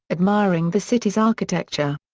admiring the city's architecture.